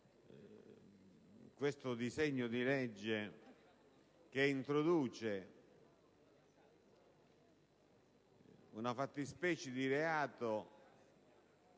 questo disegno di legge, che introduce una fattispecie di reato